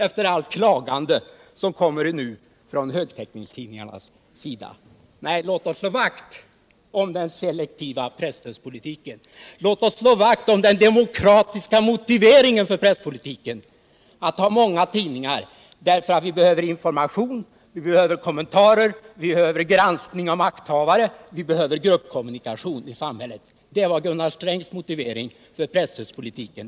Efter allt klagande kommer nu detta besked från en företrädare för högtäckningstidningarna. Nej, låt oss slå vakt om den selektiva presstödspolitiken och om den demokratiska motiveringen för presspolitiken: att ha många tidningar därför att vi behöver information, kommentarer, granskning av makthavare och gruppkommunikation i samhället! Det var Gunnar Strängs motivering för presstödspolitiken.